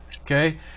Okay